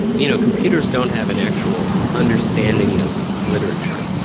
you know, computers don't have an actual understanding of literature,